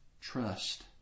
trust